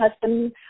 husband